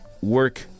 Work